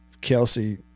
Kelsey